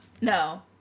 No